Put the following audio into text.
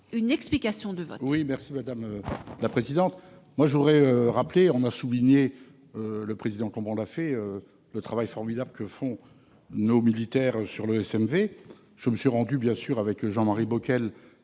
pour explication de vote.